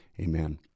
Amen